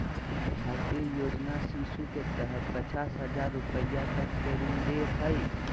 भारतीय योजना शिशु के तहत पचास हजार रूपया तक के ऋण दे हइ